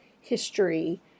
history